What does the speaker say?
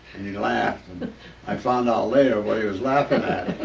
and he laughed. and and i found out later what he was laughing